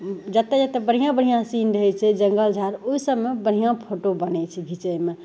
जतए जतए बढ़िआँ बढ़िआँ सीन रहै छै जङ्गल झाड़ ओहिसबमे बढ़िआँ फोटो बनै छै घिचैमे